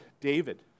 David